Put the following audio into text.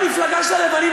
המפלגה של הלבנים,